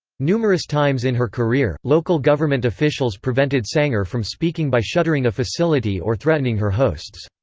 numerous times in her career, local government officials prevented sanger from speaking by shuttering a facility or threatening her hosts.